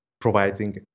providing